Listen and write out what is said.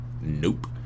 nope